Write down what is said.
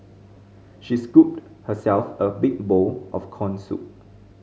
she scooped herself a big bowl of corn soup